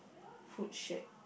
food shack